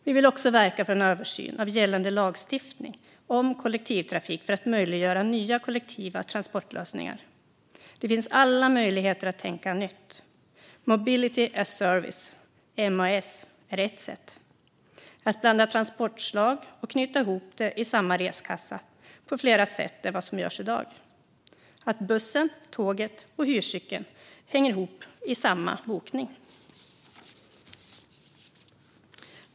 Vi vill också verka för en översyn av gällande lagstiftning om kollektivtrafik för att möjliggöra nya kollektiva transportlösningar. Det finns alla möjligheter att tänka nytt. Mobility as a service, Maas, är ett sätt att blanda transportslag och knyta ihop dem i samma reskassa på fler sätt än vad som görs i dag. Bussen, tåget och hyrcykeln hänger ihop i samma bokning.